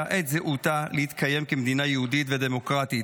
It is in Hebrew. את זהותה להתקיים כמדינה יהודית ודמוקרטית,